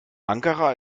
ankara